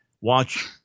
watch